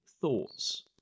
thoughts